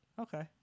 Okay